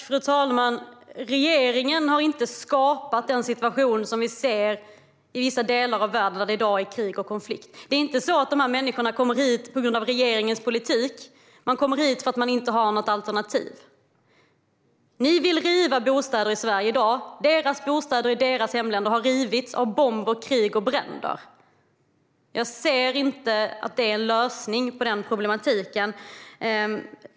Fru talman! Regeringen har inte skapat den situation som vi ser i vissa delar av världen där det i dag är krig och konflikt. Dessa människor kommer inte hit på grund av regeringens politik. De kommer hit för att de inte har något alternativ. Ni vill riva bostäder i Sverige i dag. Deras bostäder i deras hemländer har rivits av bomber, krig och bränder. Jag ser inte att det är en lösning på den problematiken.